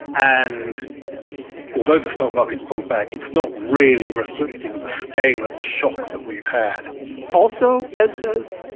and although the stock market's pulled back, it's not really reflecting the scale of the shock that we've had also, ed says,